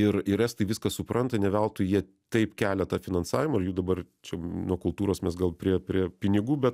ir ir estai viską supranta ne veltui jie taip kelia tą finansavimą ir jų dabar čia nuo kultūros mes gal prie prie pinigų bet